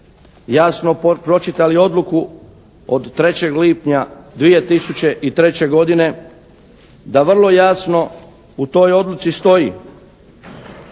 jasno pročitali odluku od 3. lipnja 2003. godine da vrlo jasno u toj odluci stoji